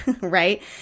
right